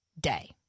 day